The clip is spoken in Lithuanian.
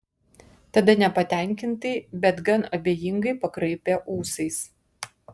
tada nepatenkintai bet gan abejingai pakraipė ūsais